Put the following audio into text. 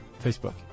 Facebook